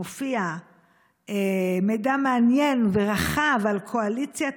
מופיע מידע מעניין ורחב על קואליציית